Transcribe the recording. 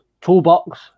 toolbox